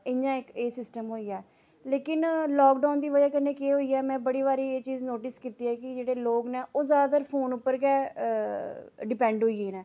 इ'यां इक एह् सिस्टम होई गेआ लेकिन लाकडाउन दी बजह कन्नै केह् होई गेआ में बड़ी बारी एह् चीज नोटिस कीती ऐ कि जेह्ड़े लोक न ओह् जैदातर फोन उप्पर गै डिपैंड होई गे न